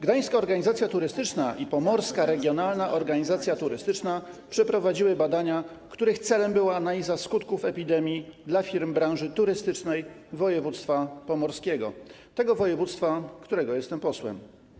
Gdańska Organizacja Turystyczna i Pomorska Regionalna Organizacja Turystyczna przeprowadziły badania, których celem była analiza skutków epidemii dla firm branży turystycznej województwa pomorskiego, tego województwa, którego jestem posłem.